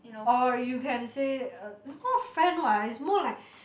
or you can say uh it's not friend what it's more like